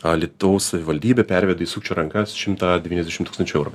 alytaus savivaldybė pervedė į sukčių rankas šimtą devyniasdešim tūkstančių eurų